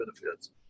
benefits